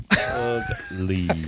Ugly